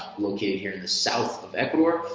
located here in the south of ecuador